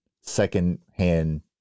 secondhand